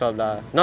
oh